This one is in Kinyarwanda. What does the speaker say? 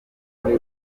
muri